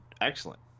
excellent